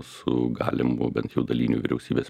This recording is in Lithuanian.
su galimu bent jau daliniu vyriausybės